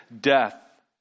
death